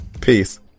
peace